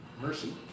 mercy